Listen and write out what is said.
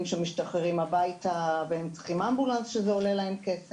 שמשתחררים לביתם וצריכים הסעת אמבולנס לאילת בתשלום.